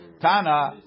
Tana